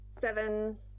Seven